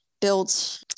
built